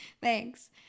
Thanks